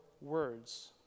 words